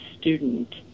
student